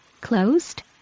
closed